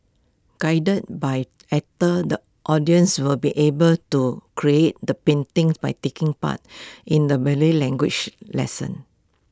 guided by actors the audience will be able to create the paintings by taking part in A Malay language lesson